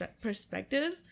perspective